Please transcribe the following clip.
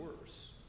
worse